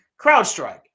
Crowdstrike